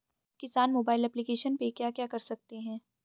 किसान mobile application पे क्या क्या कर सकते हैं?